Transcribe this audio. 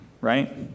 right